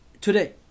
today